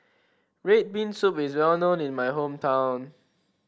red bean soup is well known in my hometown